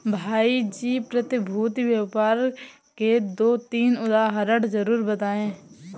भाई जी प्रतिभूति व्यापार के दो तीन उदाहरण जरूर बताएं?